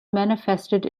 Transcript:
manifested